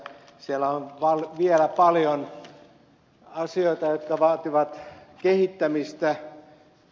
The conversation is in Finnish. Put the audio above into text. siellä on vielä paljon asioita jotka vaativat kehittämistä